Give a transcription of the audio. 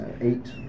Eight